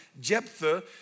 Jephthah